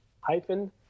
hyphen